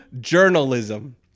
journalism